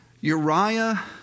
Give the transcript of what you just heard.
Uriah